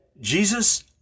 Jesus